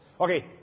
Okay